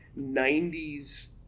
90s